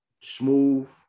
smooth